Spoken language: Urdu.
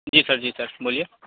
جی سر جی سر بولیے